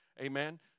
amen